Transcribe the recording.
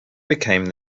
became